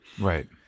Right